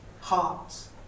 hearts